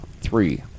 three